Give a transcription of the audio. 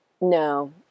No